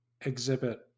exhibit